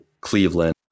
Cleveland